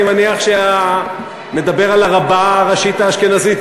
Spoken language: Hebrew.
אני מניח שנדבר על הרבה הראשית האשכנזית,